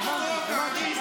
הבנתי.